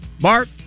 Bart